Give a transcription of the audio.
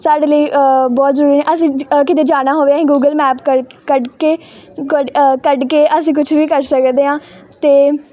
ਸਾਡੇ ਲਈ ਬਹੁਤ ਜ਼ਰੂਰੀ ਅਸੀਂ ਜ ਕਿਤੇ ਜਾਣਾ ਹੋਵੇ ਗੂਗਲ ਮੈਪ ਕਰਕੇ ਕੱਢ ਕੇ ਕ ਕੱਢ ਕੇ ਅਸੀਂ ਕੁਛ ਵੀ ਕਰ ਸਕਦੇ ਹਾਂ ਅਤੇ